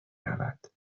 رود